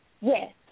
Yes